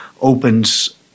opens